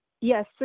Yes